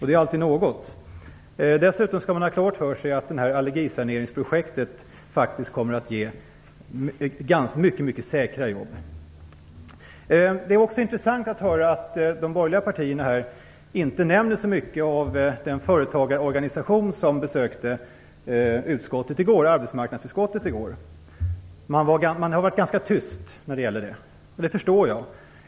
Det är alltid något. Man skall ha klart för sig att allergisaneringsprojektet dessutom kommer att ge mycket säkra jobb. Det är också intressant att höra att de borgerliga partierna inte nämner så mycket om den företagarorganisation som besökte arbetsmarknadsutskottet i går. Man har varit ganska tyst när det gäller detta. Det förstår jag.